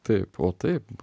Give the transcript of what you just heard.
taip o taip